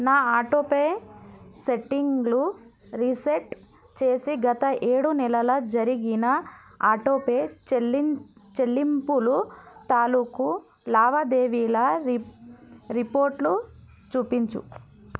నా ఆటోపే సెట్టింగులు రీసెట్ చేసి గత ఏడు నెలల జరిగిన ఆటోపే చెల్లిం చెల్లింపులు తాలూకు లావాదేవీల రి రిపోర్టులు చూపించు